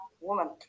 woman